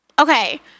Okay